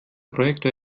projektor